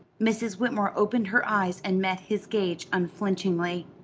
mrs. whitmore opened her eyes and met his gaze unflinchingly.